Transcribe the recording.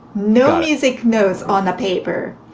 no music notes on the paper.